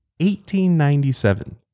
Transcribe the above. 1897